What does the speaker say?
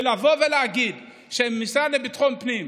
לבוא ולהגיד שהמשרד לביטחון הפנים,